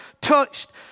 touched